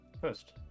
first